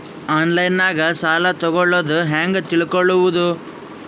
ಆನ್ಲೈನಾಗ ಸಾಲ ತಗೊಳ್ಳೋದು ಹ್ಯಾಂಗ್ ತಿಳಕೊಳ್ಳುವುದು?